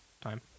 time